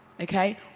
okay